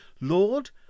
Lord